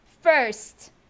First